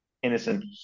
innocent